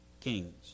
king's